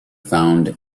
found